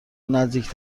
نزدیک